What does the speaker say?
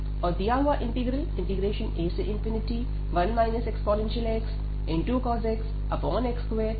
और दिया हुआ integral a1 e xcos x x2dx भी कन्वर्ज करेगा